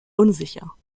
unsicher